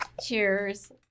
Cheers